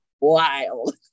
Wild